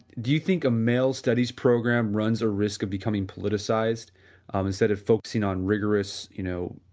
do you think a male studies program runs a risk of becoming politicized um instead of focusing on rigorous, you know,